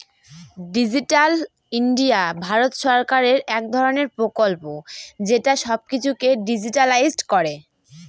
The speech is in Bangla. ডিজিটাল ইন্ডিয়া ভারত সরকারের এক ধরনের প্রকল্প যেটা সব কিছুকে ডিজিট্যালাইসড করে